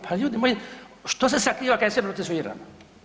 Pa ljudi moji što se skriva kad je sve procesuirano?